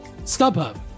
StubHub